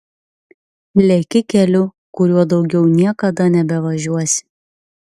leki keliu kuriuo daugiau niekada nebevažiuosi